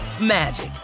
magic